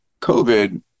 COVID